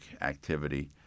activity